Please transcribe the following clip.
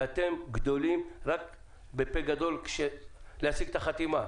ואתם גדולים רק בפה גדול להשיג את החתימה.